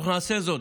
אנחנו נעשה זאת.